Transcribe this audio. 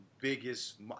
biggest